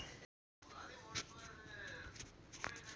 लाकडाचा उपयोग दरवाजा, घर, टेबल, खुर्ची इत्यादी बनवण्यासाठी केला जातो